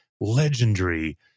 legendary